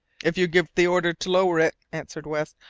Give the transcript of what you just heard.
if you give the order to lower it, answered west,